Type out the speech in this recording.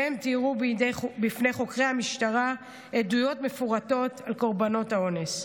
והן תיארו בפני חוקרי המשטרה עדויות מפורטות על קורבנות האונס.